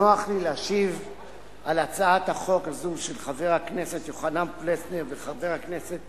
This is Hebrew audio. נוח לי להשיב על הצעת החוק הזו של חבר הכנסת יוחנן פלסנר וחבר הכנסת